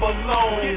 alone